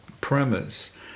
premise